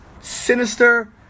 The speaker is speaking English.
sinister